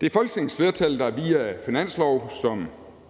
Det er Folketingets flertal, der via finanslove,